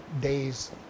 days